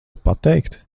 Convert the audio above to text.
pateikt